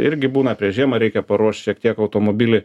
irgi būna prieš žiemą reikia paruošt šiek tiek automobilį